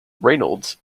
reynolds